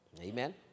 Amen